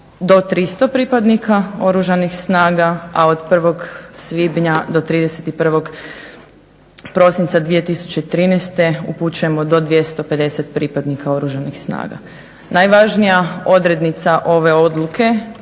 do 300 pripadnika Oružanih snaga, a od 1. svibnja do 31. prosinca 2013. upućujemo do 250 pripadnika Oružanih snaga. Najvažnija odrednica ove odluke